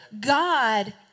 God